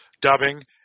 dubbing